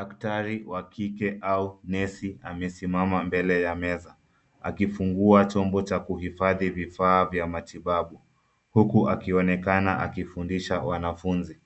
Daktari wa kike au nesi amesimama mbele ya meza akufungua chombo cha kuhifadhi vifaa vya matibabu huku akionekana akifundisha wanafunzi.